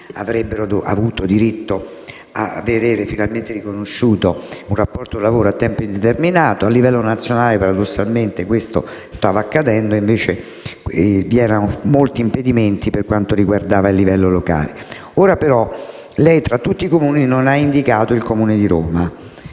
avrebbero avuto diritto di vedere finalmente riconosciuto un rapporto di lavoro a tempo indeterminato; al livello nazionale paradossalmente questo stava accedendo e invece vi erano molti impedimenti a livello locale. Lei però tra tutti i Comuni non ha indicato il Comune di Roma,